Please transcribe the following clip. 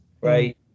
right